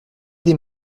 des